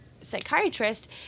psychiatrist